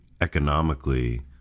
economically